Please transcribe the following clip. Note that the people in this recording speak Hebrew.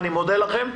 אני מודה לכם.